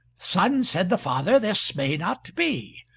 son, said the father, this may not be.